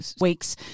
weeks